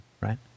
right